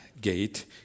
gate